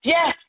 Yes